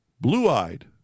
blue-eyed